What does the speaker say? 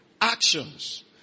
actions